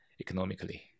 economically